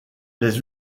les